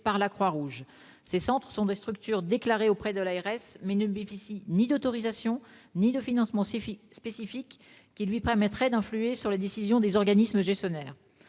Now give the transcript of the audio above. par la Croix-Rouge. Ces centres sont des structures déclarées auprès de l'ARS, mais ne bénéficient ni d'autorisations ni de financements spécifiques, qui permettraient à celle-ci d'influer sur les décisions des organismes gestionnaires.